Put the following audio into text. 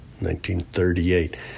1938